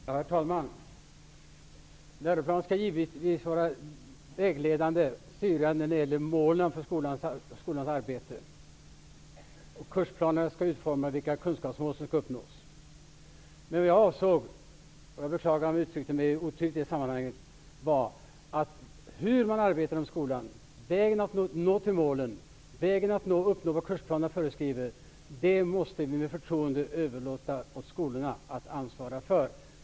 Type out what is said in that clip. Herr talman! Läroplanen skall givetvis vara styrande när det gäller målen för skolans arbete. Kursplanerna skall utforma vilka kunskapsmål som skall uppnås. Vad jag avsåg -- och jag beklagar om jag uttryckte mig otydligt i sammanhanget -- var att hur man arbetar i skolan, vägen till målet, vägen att uppnå vad kursplanerna föreskriver måste vi med förtroende överlåta åt skolorna att ansvara för.